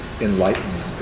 enlightenment